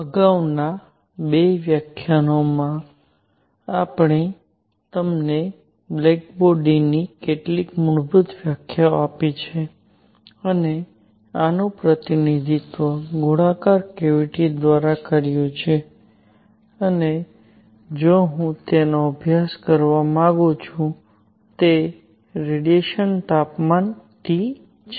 અગાઉના બે વ્યાખ્યાનોમાં અમે તમને બ્લેક બોડીની કેટલીક મૂળભૂત વ્યાખ્યાઓ આપી છે અને આનું પ્રતિનિધિત્વ ગોળાકાર કેવીટી દ્વારા કર્યું છે અને જો હું તેનો અભ્યાસ કરવા માંગું છું તે રેડિયેશન તાપમાન T છે